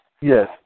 Yes